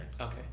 Okay